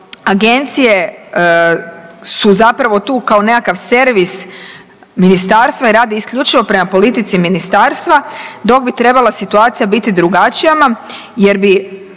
agencije su zapravo tu kao nekakav servis Ministarstva i radi isključivo prema politici Ministarstva dok bi trebala situacija biti drugačija, jer bi